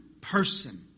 person